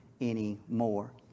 anymore